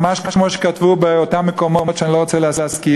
ממש כמו שכתבו באותם מקומות שאני לא רוצה להזכיר,